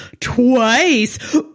twice